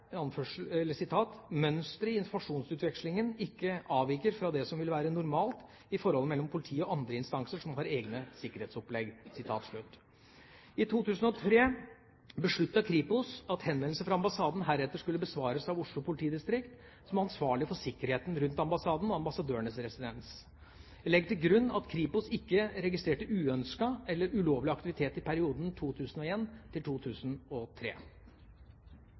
i informasjonsutvekslingen ikke avviker fra det som vil være normalt i forholdet mellom politiet og andre instanser som har egne sikkerhetsopplegg». I 2003 besluttet Kripos at henvendelser fra ambassaden heretter skulle besvares av Oslo politidistrikt, som er ansvarlig for sikkerheten rundt ambassaden og ambassadørens residens. Jeg legger til grunn at Kripos ikke registrerte uønsket eller ulovlig aktivitet i perioden